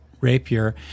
rapier